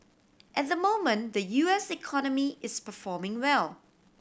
at the moment the U S economy is performing well